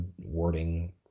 wording